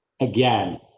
again